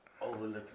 overlooking